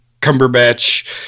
Cumberbatch